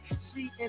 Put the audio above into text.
See